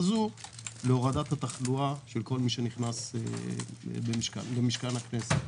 כך להורדת התחלואה של כל מי שנכנס למשכן הכנסת.